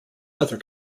other